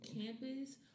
campus